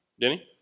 Denny